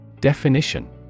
Definition